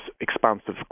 expansive